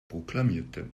proklamierte